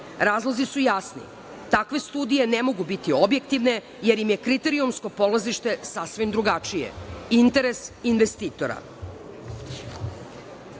Razlozi su jasni. Takve studije ne mogu biti objektivne, jer im je kriterijumsko polazište sasvim drugačije – interes investitora.U